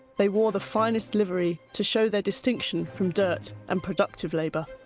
they wore the finest livery to show their distinction from dirty and productive labour.